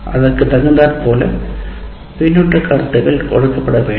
அதற்கு தகுந்தாற் போல பின்னூட்ட கருத்துக்கள் கொடுக்கப்பட வேண்டும்